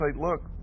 look